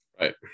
Right